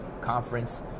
conference